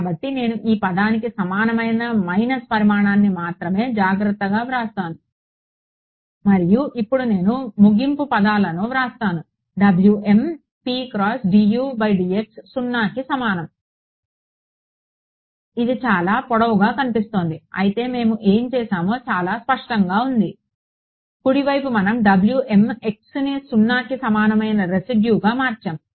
కాబట్టి నేను ఈ పదానికి సమానమైన మైనస్ పరిమాణాన్ని మాత్రమే జాగ్రత్తగా వ్రాస్తాను మరియు ఇప్పుడు నేను ముగింపు పదాలను వ్రాస్తాను W m x p x dU dx 0కి సమానం ఇది చాలా పొడవుగా కనిపిస్తోంది అయితే మేము ఏమి చేశామో చాలా స్పష్టంగా ఉంది కుడివైపు మనం W m xని 0కి సమానమైన రెసిడ్యూ గా మార్చాము